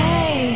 Hey